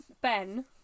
Ben